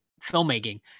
filmmaking